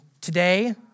today